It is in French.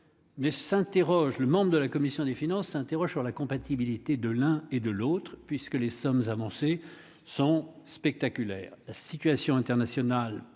Mais, s'interroge le membre de la commission des finances s'interroge sur la compatibilité de l'un et de l'autre, puisque les sommes avancées sont spectaculaires : la situation internationale